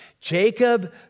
Jacob